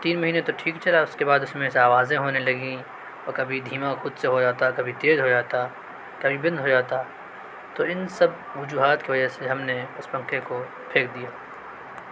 تین مہینہ تو ٹھیک چلا اس کے بعد اس میں سے آوازیں ہونے لگیں اور کبھی دھیما خود سے ہو جاتا کبھی تیز ہو جاتا کبھی بند ہو جاتا تو ان سب وجوہات کی وجہ سے ہم نے اس پنکھے کو پھینک دیا